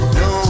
no